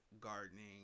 gardening